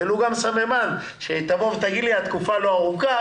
אם תגיד לי שהתקופה לא ארוכה,